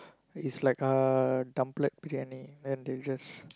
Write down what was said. is like a briyani then they just